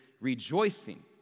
rejoicing